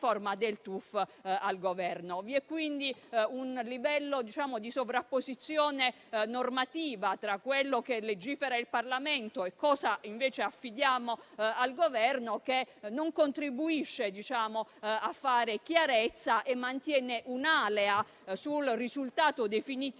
Vi è quindi un livello di sovrapposizione normativa tra quello che legifera il Parlamento e cosa invece affidiamo al Governo, che non contribuisce a fare chiarezza e mantiene un'alea sul risultato definitivo